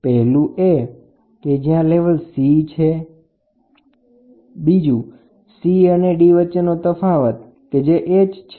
પહેલું કે જ્યાં લેવલ C છે C અને D વચ્ચેનો તફાવત H છે